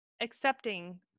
accepting